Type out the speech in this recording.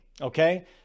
Okay